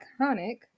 iconic